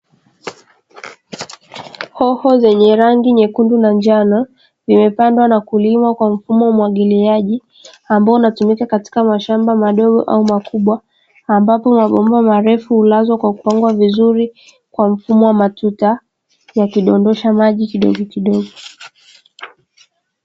Hoho zenye rangi nyekundu na njano vimepandwa na kulimwa kwa mfumo mwagiliaji ambao unatumika katika mashamba madogo au makubwa ambapo mabomba marefu hulazwa kwa kupangwa vizuri kwa mfumo wa matuta ya kidondosha maji kidogo.